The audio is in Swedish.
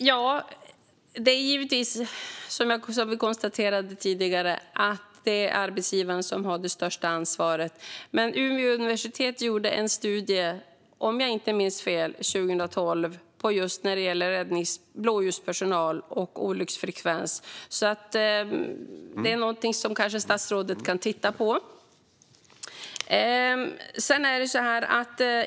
Fru talman! Som vi redan har konstaterat är det arbetsgivaren som har det största ansvaret. Umeå universitet gjorde dock en studie 2012, om jag inte minns fel, om just blåljuspersonal och olycksfrekvens. Det är kanske någonting som statsrådet kan titta på.